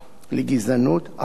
אכן נאמרו מפיו,